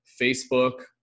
Facebook